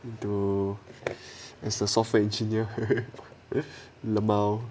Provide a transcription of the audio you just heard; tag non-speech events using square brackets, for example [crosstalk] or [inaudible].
into as the software engineer [laughs] lmao